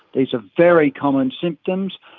these are very common symptoms,